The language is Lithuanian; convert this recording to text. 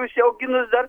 užsiauginus dar